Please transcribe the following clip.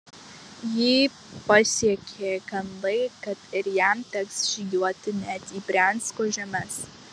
jį pasiekė gandai kad ir jam teks žygiuoti net į briansko žemes